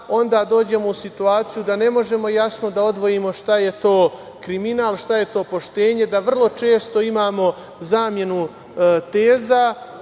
onda dođemo u situaciju da ne možemo jasno da odvojimo šta je to kriminal, šta je to poštenje, da vrlo često imamo zamenu teza